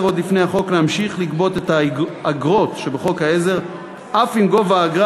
עוד לפני החוק להמשיך לגבות את האגרות שבחוק העזר אף אם גובה האגרה